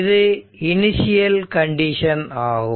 இது initial condition ஆகும்